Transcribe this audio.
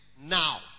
now